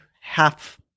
half